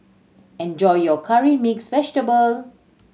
enjoy your Curry Mixed Vegetable